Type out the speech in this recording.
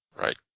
Right